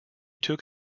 took